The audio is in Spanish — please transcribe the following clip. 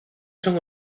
son